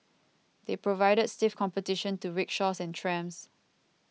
they provided stiff competition to rickshaws and trams